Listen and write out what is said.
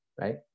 right